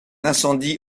incendie